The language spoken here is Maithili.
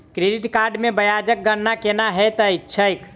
क्रेडिट कार्ड मे ब्याजक गणना केना होइत छैक